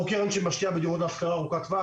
אנחנו קרן שמשקיעה בדירות להשכרה ארוכת טווח.